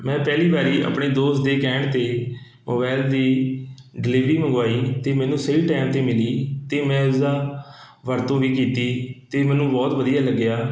ਮੈਂ ਪਹਿਲੀ ਵਾਰੀ ਆਪਣੇ ਦੋਸਤ ਦੇ ਕਹਿਣ 'ਤੇ ਮੋਬਾਇਲ ਦੀ ਡਿਲੀਵਰੀ ਮੰਗਵਾਈ ਅਤੇ ਮੈਨੂੰ ਸਹੀ ਟਾਈਮ 'ਤੇ ਮਿਲੀ ਅਤੇ ਮੈਂ ਉਸਦਾ ਵਰਤੋਂ ਵੀ ਕੀਤੀ ਅਤੇ ਮੈਨੂੰ ਬਹੁਤ ਵਧੀਆ ਲੱਗਿਆ